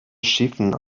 schiffen